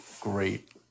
great